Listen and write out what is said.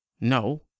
No